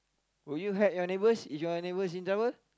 would you help your neighbours if your neighbours in trouble